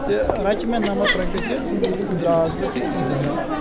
تہٕ رَچہٕ مےٚ نَمَتھ رۄپیہِ تہِ درٛاوَس بہٕ تہٕ یہِ تہِ درٛاو